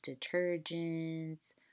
detergents